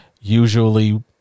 usually